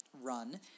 run